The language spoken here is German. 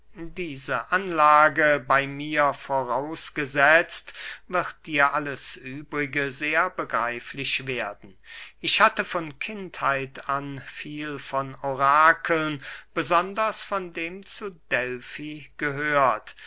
diese anlage bey mir vorausgesetzt wird dir alles übrige sehr begreiflich werden ich hatte von kindheit an viel von orakeln besonders von dem zu delfi gehört